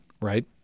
Right